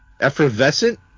effervescent